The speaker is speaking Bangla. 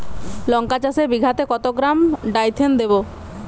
লঙ্কা চাষে বিঘাতে কত গ্রাম ডাইথেন দেবো?